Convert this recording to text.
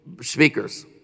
speakers